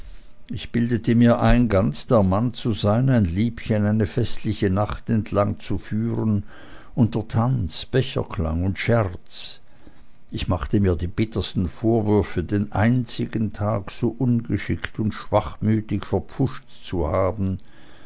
ich bildete mir ein ganz der mann dazu zu sein ein liebchen eine festliche nacht entlangzuführen unter tanz becherklang und scherz ich machte mir die bittersten vorwürfe den einzigen tag so ungeschickt und schwachmütig verpfuscht zu haben